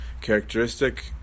characteristic